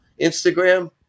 instagram